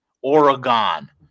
Oregon